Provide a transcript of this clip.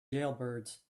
jailbirds